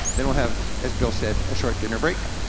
then we'll have, as bill said, a short dinner break,